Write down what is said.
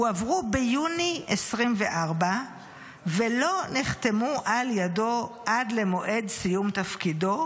הועברו ביוני 2024 ולא נחתמו על ידו עד למועד סיום תפקידו,